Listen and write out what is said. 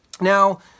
Now